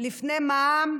לפני מע"מ,